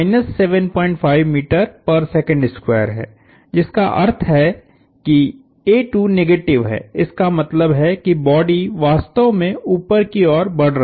लेकिन है जिसका अर्थ है कि निगेटिव है इसका मतलब है कि बॉडी वास्तव में ऊपर की ओर बढ़ रही है